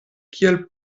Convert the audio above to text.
kiel